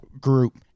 group